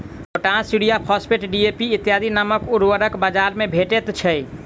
potash, urea, phosphate, DAP इत्यादि नामक उर्वरक बाजार मे भेटैत छै